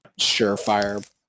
surefire